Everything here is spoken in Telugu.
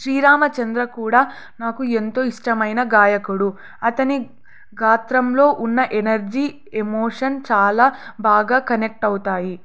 శ్రీరామచంద్ర కూడా నాకు ఎంతో ఇష్టమైన గాయకుడు అతని గాత్రంలో ఉన్న ఎనర్జీ ఎమోషన్ చాలా బాగా కనెక్ట్ అవుతాయి